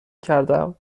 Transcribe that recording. کردم